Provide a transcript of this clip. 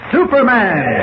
Superman